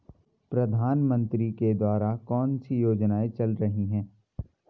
प्रधानमंत्री के द्वारा कौनसी योजनाएँ चल रही हैं?